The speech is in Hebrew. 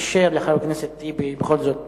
אישר לחבר הכנסת טיבי בכל זאת